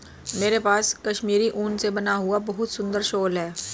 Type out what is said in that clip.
मेरे पास कश्मीरी ऊन से बना हुआ बहुत सुंदर शॉल है